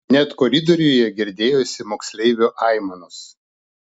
net koridoriuje girdėjosi moksleivio aimanos